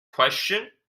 question